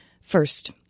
First